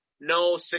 no